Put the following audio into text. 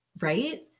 Right